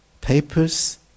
papers